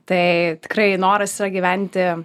tai tikrai noras yra gyventi